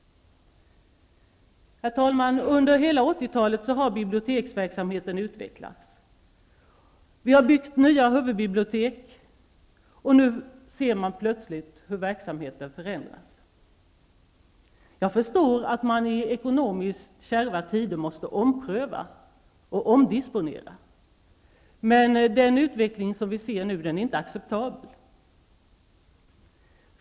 Herr talman! Under hela 80-talet har biblioteksverksamheten utvecklats. Vi har byggt nya huvudbibliotek, och nu ser man plötsligt hur verksamheten förändras. Jag förstår att man i ekonomiskt kärva tider måste ompröva och omdisponera. Men den utveckling som vi ser nu är inte acceptabel.